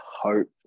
hope